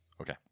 Okay